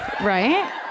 right